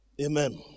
Amen